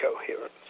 coherence